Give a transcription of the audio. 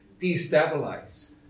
destabilize